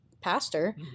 pastor